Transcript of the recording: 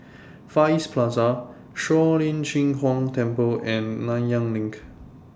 Far East Plaza Shuang Lin Cheng Huang Temple and Nanyang LINK